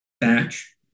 batch